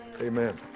Amen